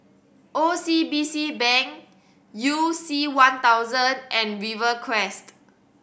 O C B C Bank You C One thousand and Rivercrest